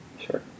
Sure